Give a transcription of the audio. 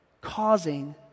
causing